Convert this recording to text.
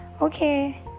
Okay